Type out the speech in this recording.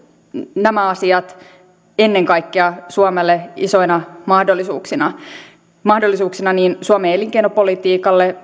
nämä asiat ennen kaikkea suomelle isoina mahdollisuuksina mahdollisuuksina niin suomen elinkeinopolitiikalle